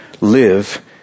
live